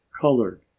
colored